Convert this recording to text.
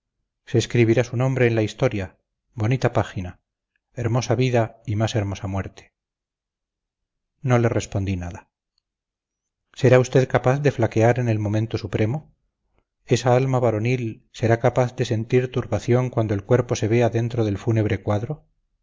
se escribirá su nombre en la historia bonita página hermosa vida y más hermosa muerte no le respondí nada será usted capaz de flaquear en el momento supremo esa alma varonil será capaz de sentir turbación cuando el cuerpo se vea dentro del fúnebre cuadro